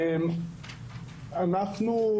אנחנו,